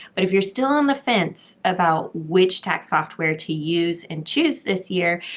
but if you're still on the fence about which tax software to use and choose this year,